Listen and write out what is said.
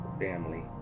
family